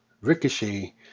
Ricochet